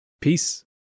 Peace